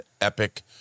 epic